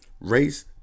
Race